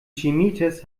chemietest